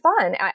fun